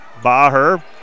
Baher